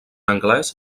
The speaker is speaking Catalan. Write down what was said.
anglès